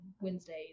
Wednesdays